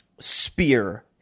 spear